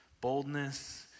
Boldness